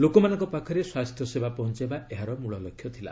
ଲୋକମାନଙ୍କ ପାଖରେ ସ୍ୱାସ୍ଥ୍ୟସେବା ପହଞ୍ଚାଇବା ଏହାର ମୂଳଲକ୍ଷ୍ୟ ଥିଲା